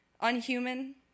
unhuman